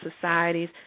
societies